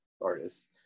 artists